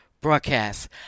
broadcast